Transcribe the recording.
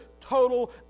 total